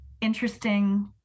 interesting